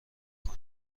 کنه